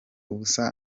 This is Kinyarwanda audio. ubusa